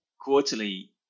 quarterly